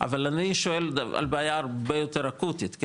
אבל אני שואל על בעיה הרבה יותר אקוטית,